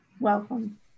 Welcome